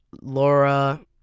Laura